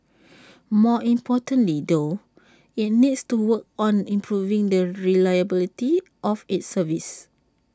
more importantly though IT needs to work on improving the reliability of its service